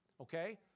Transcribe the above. okay